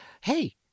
hey